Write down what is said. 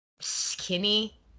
Skinny